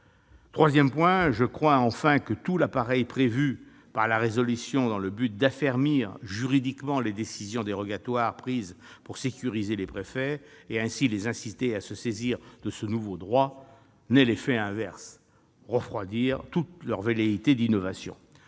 je crains que tout l'appareil prévu par la proposition de résolution afin d'affermir juridiquement les décisions dérogatoires prises pour sécuriser les préfets et les inciter ainsi à se saisir de ce nouveau droit n'ait l'effet inverse : refroidir toutes leurs velléités d'innovation.